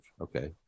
okay